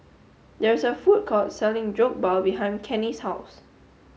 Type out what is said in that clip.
there is a food court selling Jokbal behind Kenney's house